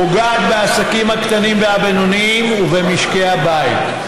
פוגעת בעסקים הקטנים והבינוניים ובמשקי הבית.